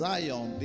Zion